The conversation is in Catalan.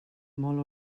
molt